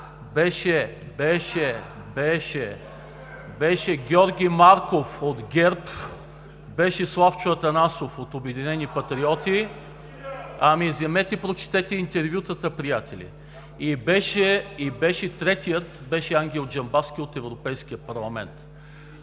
беше Георги Марков от ГЕРБ, беше Славчо Атанасов от „Обединени патриоти“… (Силен шум и реплики.) Вземете и прочетете интервютата, приятели. Третият беше Ангел Джамбазки от Европейския парламент.